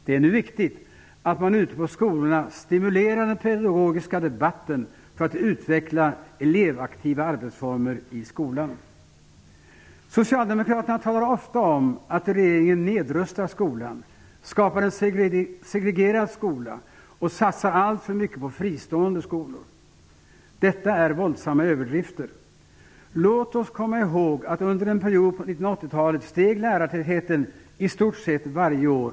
Det är nu viktigt att man ute på skolorna stimulerar den pedagogiska debatten för att utveckla elevaktiva arbetsformer i skolan. Socialdemokraterna talar ofta om att regeringen nedrustar skolan, skapar en segregerad skola och satsar alltför mycket på fristående skolor. Detta är våldsamma överdrifter. Låt oss komma ihåg att under en period på 1980-talet steg lärartätheten i stort sett varje år.